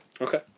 Okay